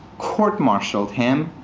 court-martialed him,